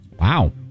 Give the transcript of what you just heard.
Wow